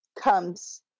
comes